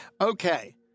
Okay